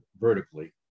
vertically